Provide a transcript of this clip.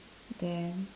then